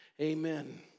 Amen